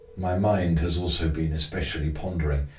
my mind has also been especially pondering,